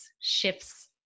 shifts